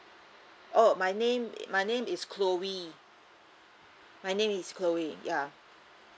oh my name my name is chloe my name is chloe ya